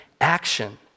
action